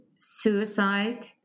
suicide